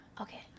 Okay